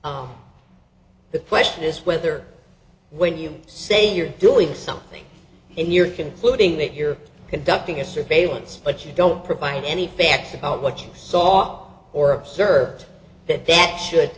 that the question is whether when you say you're doing something and you're concluding that you're conducting a surveillance but you don't provide any facts about what you saw or observed that that should